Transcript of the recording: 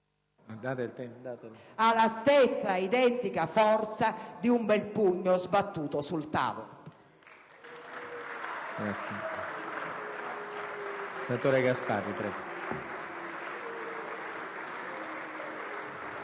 ha la stessa identica forza di un bel pugno sbattuto sul tavolo.